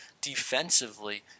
defensively